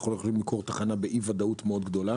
אנחנו לא יכולים למכור באי-ודאות מאוד גדול.